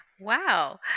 Wow